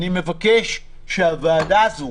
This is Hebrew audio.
אני מבקש שהוועדה הזו,